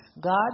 god